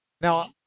Now